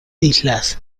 islas